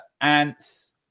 ants